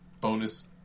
bonus